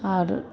और